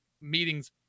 meetings